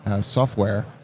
software